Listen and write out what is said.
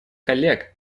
коллег